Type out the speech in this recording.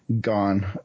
gone